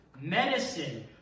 medicine